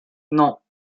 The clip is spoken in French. non